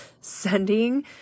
sending